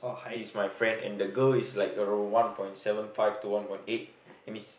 he is my friend and the girl is like around one point seven five to one point eight and is